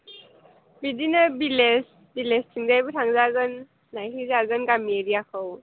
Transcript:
बिदिनो भिलेज भिलेजथिंजायबो थांजागोन नायहैजागोन गामि एरियाखौ